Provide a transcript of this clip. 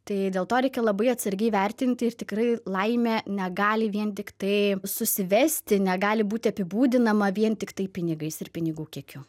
tai dėl to reikia labai atsargiai vertinti ir tikrai laimė negali vien tiktai susivesti negali būti apibūdinama vien tiktai pinigais ir pinigų kiekiu